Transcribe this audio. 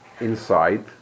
inside